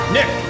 Nick